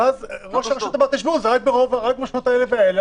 וראש הרשות אמר שזה רק בשכונות האלה והאלה.